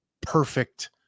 perfect